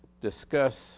discuss